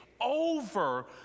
over